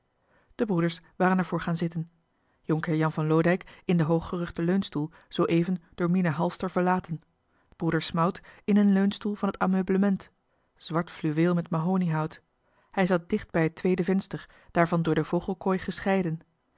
de broeders waren er voor gaan zitten jhr jan van loodijck in den hooggerugden leunstoel zooeven door mina halster verlaten broeder smout in een leunstoel van het ameublement zwart fluweel met mahoniehout hij zat dicht bij het tweede venster daarvan door de vogelkooi gescheiden